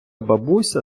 бабуся